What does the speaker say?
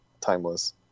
timeless